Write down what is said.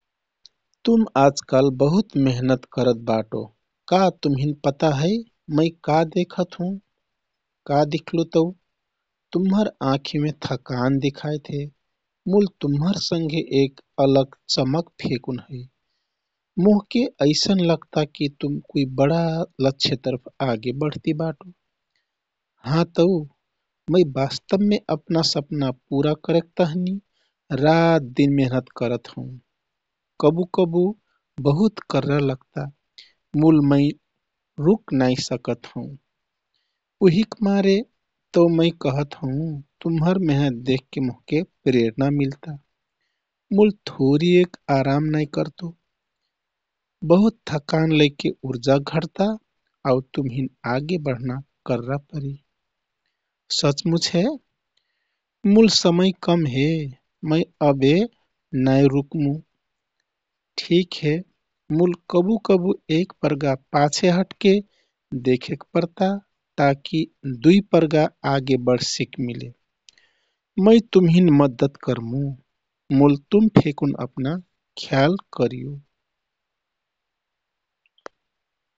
तुम आजकाल बहुत मेहनत करत बाटो। का तुमहिन पता है, मै का देखत हुँ? "का दिख्लो तौ ?" तुम्हर आँखिमे थकान दिखाइत हे, मूल तुम्हर सँघे एक अलग चमक फेकुन है। मोहके यैसन लग्ता कि तुम कुइ बडा लक्ष्य तर्फ आगे बढती बाटो।" " हाँ तौ। मै बास्तबमे अपना सपना पूरा करेक तहनि रातदिन मेहनत करत हौँ। कबु कबु बहुत कररा लगता, मूल मै रूक नाइ सतक हौँ। उहिक मारे तौ मै कहत हौँ- तुम्हर मेहनत देखके मोहके प्रेरणा मिल्ता। मूल थोरी एक आराम नाइ करतो? बहुत थकान लैके उर्जा घटता, आउ तुमहिन आगे बढ्ना आउ कररा परी।" "सचमुच हे, मूल समय कम हे। मै अबे नाइ रूकमु। ठिक हे, मूल कबु कबु एक परगा पाछे हटेक देखेक परता, ताकी दुइ परगा आगे बढ सिकमिले मै तुमहिन मद्दत करमु, मूल तुम फेकुन अपना ख्याल करियो।"